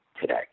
today